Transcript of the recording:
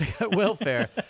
Welfare